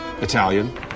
Italian